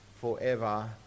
forever